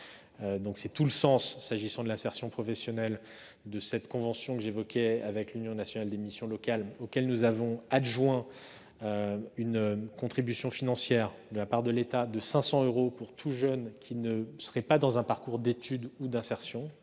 C'est tout le sens, s'agissant de l'insertion professionnelle, de cette convention avec l'Union nationale des missions locales que j'évoquais et à laquelle nous avons adjoint une contribution financière de la part de l'État de 500 euros pour tout jeune qui ne serait pas dans un parcours d'études ou d'insertion,